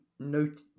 Note